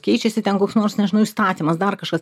keičiasi ten koks nors nežinau įstatymas dar kažkas